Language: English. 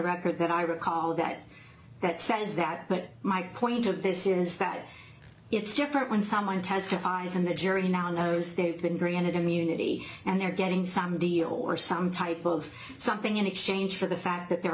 record that i recall that that says that but my point of this is that it's different when someone testifies and the jury now knows they've been granted immunity and they're getting some deal or some type of something in exchange for the fact that they're